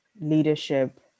leadership